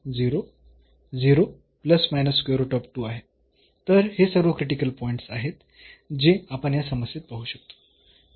तर हे सर्व क्रिटिकल पॉईंट्स आहेत जे आपण या समस्येत पाहू शकतो